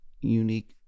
unique